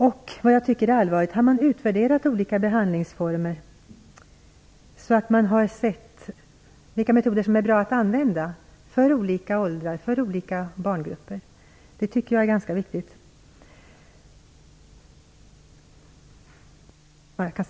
Och har man utvärderat olika behandlingsformer så att man vet vilka metoder som är bra att använda för olika åldrar och olika barngrupper? Det tycker jag är viktigt.